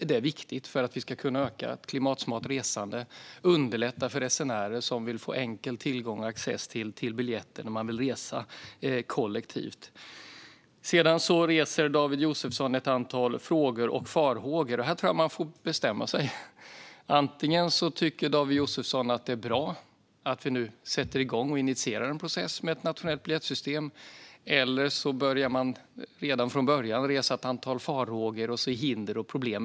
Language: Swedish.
Detta är viktigt för att vi ska öka klimatsmart resande och underlätta för resenärer som vill få enkel tillgång och access till biljetter när de vill resa kollektivt. David Josefsson reser ett antal frågor och farhågor. Här får han bestämma sig. Antingen tycker David Josefsson att det är bra att vi initierar en process med ett nationellt biljettsystem, eller så börjar han redan från början att resa ett antal farhågor och se hinder och problem.